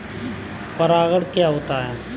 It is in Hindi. परागण क्या होता है?